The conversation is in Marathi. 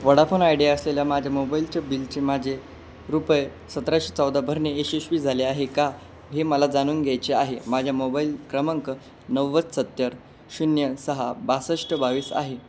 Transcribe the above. वडाफोन आयडीया असलेल्या माझ्या मोबाईलचे बिलचे माझे रुपये सतराशे चौदा भरणे यशस्वी झाले आहे का हे मला जाणून घ्यायचे आहे माझ्या मोबाईल क्रमांक नव्वद सत्तर शून्य सहा बासष्ट बावीस आहे